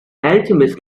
alchemist